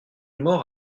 mort